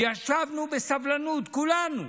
וישבנו בסבלנות כולנו